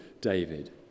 David